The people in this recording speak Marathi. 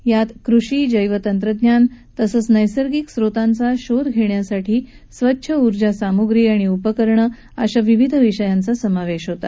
यात कृषी जैव तंत्रज्ञान तसंच नैसर्गिक स्रोतांचा शोध घेण्यासाठी स्वच्छ उर्जा साम्ग्री आणि उपकरणं अशा विविध विषयांचा समावेश होता